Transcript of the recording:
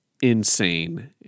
insane